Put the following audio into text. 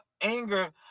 anger